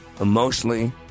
emotionally